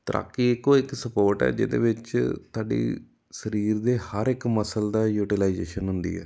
ਤੈਰਾਕੀ ਇੱਕੋ ਇੱਕ ਸਪੋਰਟ ਹੈ ਜਿਹਦੇ ਵਿੱਚ ਤੁਹਾਡੀ ਸਰੀਰ ਦੇ ਹਰ ਇੱਕ ਮਸਲ ਦਾ ਯੂਟੀਲਾਈਜੇਸ਼ਨ ਹੁੰਦੀ ਹੈ